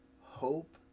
hope